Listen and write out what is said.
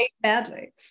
badly